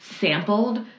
sampled